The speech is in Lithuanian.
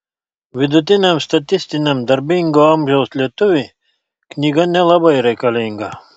vidutiniam statistiniam darbingo amžiaus lietuviui knyga nelabai reikalinga